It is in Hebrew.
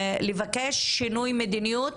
לבקש שינוי מדיניות